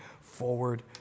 forward